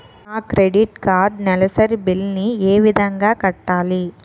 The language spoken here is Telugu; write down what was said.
నా క్రెడిట్ కార్డ్ నెలసరి బిల్ ని ఏ విధంగా కట్టాలి?